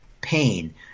pain